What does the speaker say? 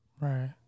Right